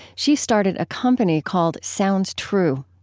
she started a company called sounds true.